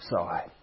side